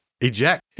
eject